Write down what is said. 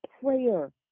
prayer